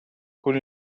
con